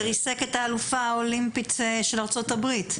זה ריסק את האלופה האולימפית של ארצות-הברית.